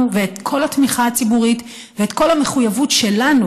ואת כל התמיכה הציבורית ואת כל המחויבות שלנו,